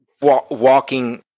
walking